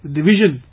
division